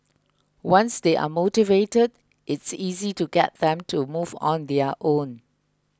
once they are motivated it's easy to get them to move on their own